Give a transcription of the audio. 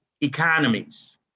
economies